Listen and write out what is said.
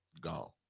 gone